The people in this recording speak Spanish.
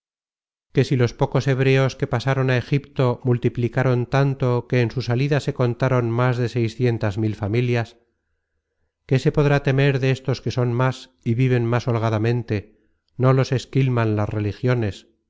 que si los pocos hebreos que pasaron content from google book search generated at á egipto multiplicaron tanto que en su salida se contaron más de seiscientas mil familias qué se podrá temer de estos que son más y viven más holgadamente no los esquilman las religiones